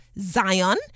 Zion